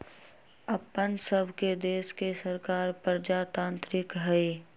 अप्पन सभके देश के सरकार प्रजातान्त्रिक हइ